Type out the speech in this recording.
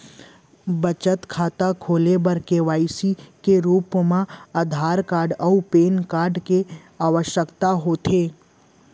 बचत खाता खोले बर के.वाइ.सी के रूप मा आधार कार्ड अऊ पैन कार्ड के आवसकता होथे